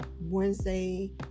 Wednesday